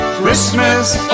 Christmas